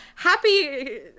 Happy